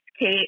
Kate